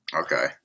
Okay